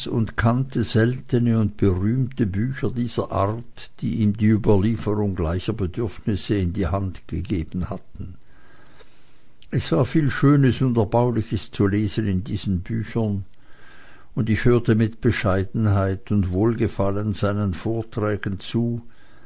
und kannte seltene und berühmte bücher dieser art die ihm die überlieferung gleicher bedürfnisse in die hände gegeben hatte es war viel schönes und erbauliches zu lesen in diesen büchern und ich hörte mit bescheidenheit und wohlgefallen seinen vorträgen zu